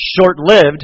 short-lived